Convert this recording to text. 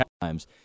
times